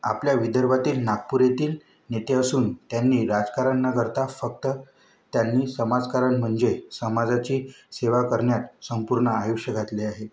आपल्या विदर्भातील नागपूर येथील नेते असून त्यांनी राजकारण न करता फक्त त्यांनी समाजकारण म्हणजे समाजाची सेवा करण्यात संपूर्ण आयुष्य घातले आहे